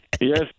Yes